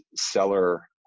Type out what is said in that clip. seller